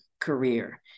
career